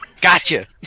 gotcha